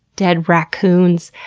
dead racoons.